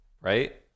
right